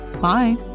bye